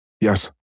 Yes